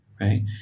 right